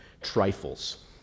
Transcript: trifles